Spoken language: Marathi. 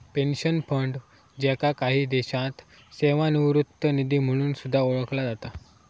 पेन्शन फंड, ज्याका काही देशांत सेवानिवृत्ती निधी म्हणून सुद्धा ओळखला जाता